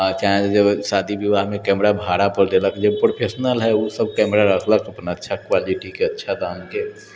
शादी विवाहमे कैमरा जे भाड़ापर देलक जे प्रोफेशनल है उ सब कैमरा रखलक अपन अच्छा क्वालिटीके अच्छा दामके